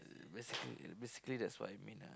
basically basically that's what it mean lah